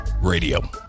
radio